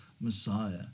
Messiah